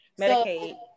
Medicaid